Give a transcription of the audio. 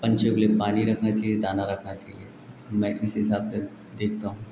पक्षियों के लिए पानी रखना चाहिए दाना रखना चाहिए मैं इसी हिसाब से देखता हूँ